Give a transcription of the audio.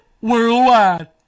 Worldwide